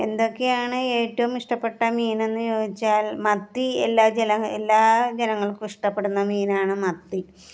എന്തൊക്കെയാണ് ഏറ്റവും ഇഷ്ടപ്പെട്ട മീനെന്ന് ചോദിച്ചാൽ മത്തി എല്ലാ ജനം എല്ലാ ജനങ്ങൾക്കും ഇഷ്ടപ്പെടുന്ന മീനാണ് മത്തി